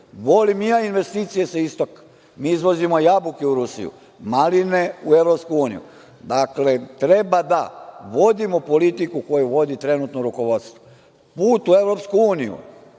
Volim i ja investicije sa istoga, mi izvozimo jabuke u Rusiju, maline u Evropsku uniju, dakle, treba da vodimo politiku koju vodi trenutno rukovodstvo. Put u Evropsku uniju